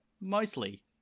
mostly